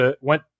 went